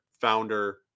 founder